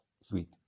sweet